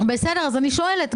בסדר, אז אני שואלת.